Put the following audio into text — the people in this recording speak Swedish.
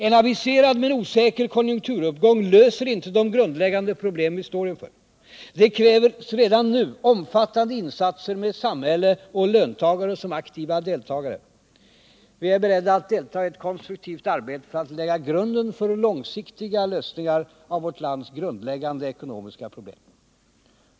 En aviserad men osäker konjunkturuppgång löser inte de grundläggande problem vi står inför. Det krävs redan nu omfattande insatser med samhälle och löntagare som aktiva deltagare. Vi är beredda att delta i ett konstruktivt arbete för att lägga grunden för långsiktiga lösningar av vårt lands grundläggande ekonomiska problem.